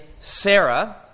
Sarah